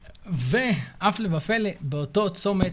הפלא ופלא, באותו צומת,